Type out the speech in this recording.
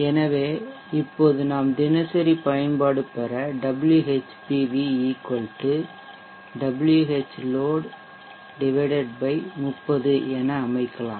எனவே இப்போது நாம் தினசரி பயன்பாடு பெற Whpv Whload 30 என அமைக்கலாம்